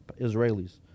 Israelis